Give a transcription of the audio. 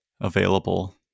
available